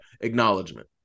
acknowledgement